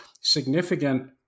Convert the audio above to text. significant